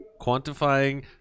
quantifying